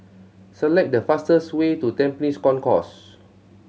select the fastest way to Tampines Concourse